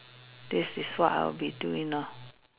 this is what I would be doing lor